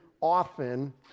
often